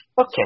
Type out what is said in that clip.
Okay